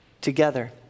together